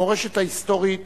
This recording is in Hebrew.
המורשת ההיסטורית